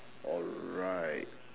alright